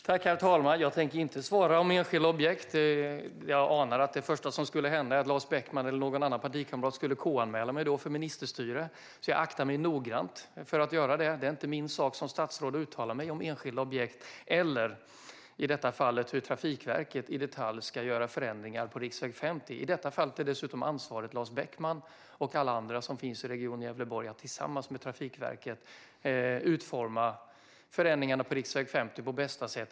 Herr talman! Jag tänker inte svara på frågor om enskilda objekt. Jag anar att det första som skulle hända är att Lars Beckman eller någon annan partikamrat då KU-anmäler mig på grund av ministerstyre. Jag aktar mig noggrant för att göra det. Det är inte min sak att som statsråd uttala mig om enskilda objekt eller som i detta fall hur Trafikverket i detalj ska göra förändringar på riksväg 50. Här hör dessutom ansvaret till Lars Beckman och alla andra som finns i Region Gävleborg att tillsammans med Trafikverket utforma förändringarna på riksväg 50 på bästa sätt.